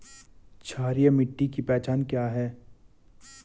क्षारीय मिट्टी की पहचान क्या है?